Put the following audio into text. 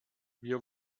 wir